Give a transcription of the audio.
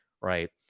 Right